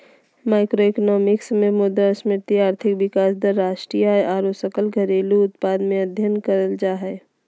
macroeconomics मे मुद्रास्फीति, आर्थिक विकास दर, राष्ट्रीय आय आरो सकल घरेलू उत्पाद के अध्ययन करल जा हय